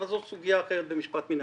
אבל זו סוגיה אחרת במשפט מינהלי.